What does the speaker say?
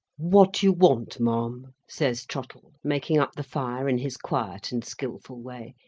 what you want, ma'am, says trottle, making up the fire in his quiet and skilful way,